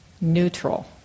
neutral